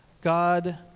God